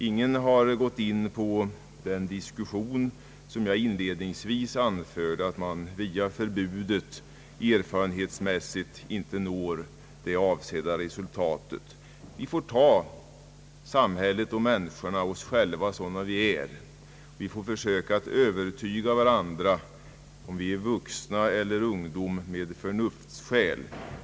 Ingen har gått in på vad jag inledningsvis anförde om att man via förbud erfarenhetsmässigt aldrig når det avsedda resultatet. Vi får ta samhället och människorna — inbegripet oss själva — sådana som de är. Vi får försöka övertyga varandra, både vuxna och ungdomar, med förnuftsskäl.